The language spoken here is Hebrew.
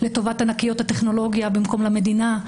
לטובת ענקיות הטכנולוגיה במקום למדינה,